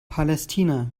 palästina